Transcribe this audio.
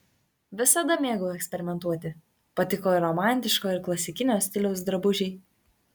visada mėgau eksperimentuoti patiko ir romantiško ir klasikinio stiliaus drabužiai